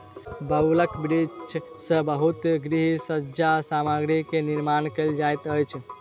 बबूलक वृक्ष सॅ बहुत गृह सज्जा सामग्री के निर्माण कयल जाइत अछि